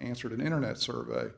answered an internet survey